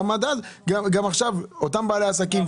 גם עכשיו אותם בעלי עסקים,